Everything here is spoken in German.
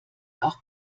auch